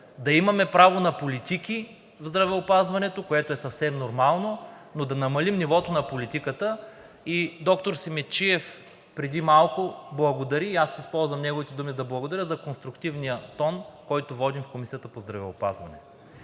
да имаме право на политики в здравеопазването, което е съвсем нормално, но да намалим нивото на политиката. Доктор Симидчиев преди малко благодари и аз използвам неговите думи да благодаря за конструктивния тон, който водим в Комисията по здравеопазването.